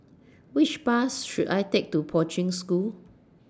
Which Bus should I Take to Poi Ching School